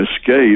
escape